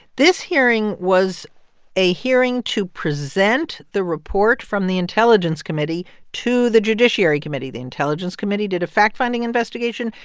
this hearing was a hearing to present the report from the intelligence committee to the judiciary committee. the intelligence committee did a fact-finding investigation.